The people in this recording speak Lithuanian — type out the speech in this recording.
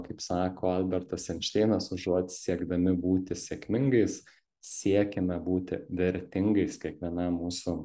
kaip sako albertas einšteinas užuot siekdami būti sėkmingais siekime būti vertingais kiekvienam mūsų